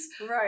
Right